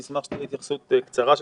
אשמח שתהיה התייחסות קצרה שלך.